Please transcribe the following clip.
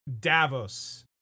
davos